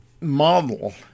model